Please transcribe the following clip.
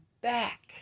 back